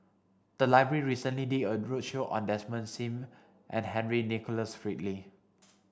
the library recently did a roadshow on Desmond Sim and Henry Nicholas Ridley